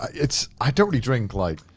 it's, i don't really drink like,